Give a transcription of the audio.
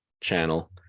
channel